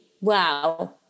wow